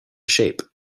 shape